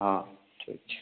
हँ ठीक छै